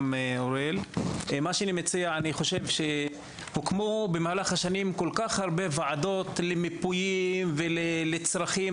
אני חושב שהוקמו במהלך השנים כל כך הרבה ועדות למיפויים ולצרכים.